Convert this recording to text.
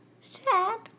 Sad